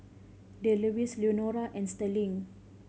Delois Leonora and Sterling